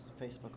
Facebook